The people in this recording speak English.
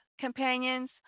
companions